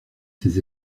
ses